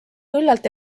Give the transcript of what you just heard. küllalt